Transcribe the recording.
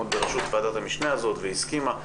בראשות ועדת המשנה הזאת והיא הסכימה.